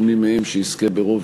ומי מהם שיזכה ברוב,